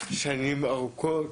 שנים ארוכות.